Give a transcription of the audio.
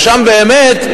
ושם באמת,